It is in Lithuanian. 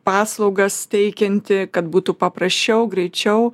paslaugas teikianti kad būtų paprasčiau greičiau